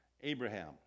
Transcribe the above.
Abraham